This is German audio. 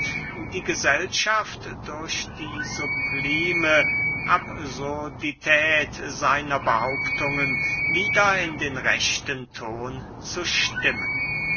die gesellschaft durch die sublime absurdität seiner behauptungen wieder in den rechten ton zu stimmen